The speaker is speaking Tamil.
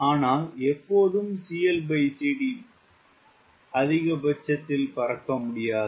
ஆனால் எப்போதும் CLCDmax இல் பறக்க முடியாது